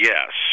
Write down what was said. Yes